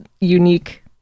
unique